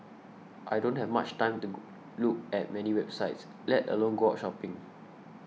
I don't have much time to look at many websites let alone go out shopping